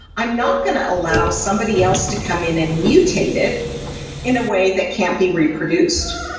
i'm not going to allow somebody else to come in and mutate it in a way that can't be reproduced.